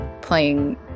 playing